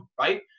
Right